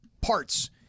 parts